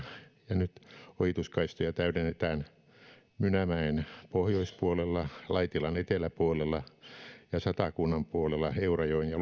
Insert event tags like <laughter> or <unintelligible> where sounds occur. nyt ohituskaistoja täydennetään mynämäen pohjoispuolella laitilan eteläpuolella ja satakunnan puolella eurajoen ja <unintelligible>